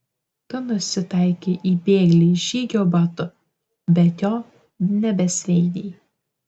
tu nusitaikei į bėglį žygio batu bet jo nebesviedei